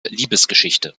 liebesgeschichte